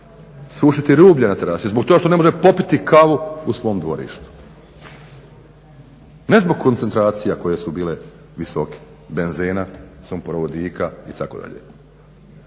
sušiti rublje na terasi, zbog toga što ne može popiti kavu u svom dvorištu. Ne zbog koncentracija koje su bile visoke, benzena, sumporo vodika itd.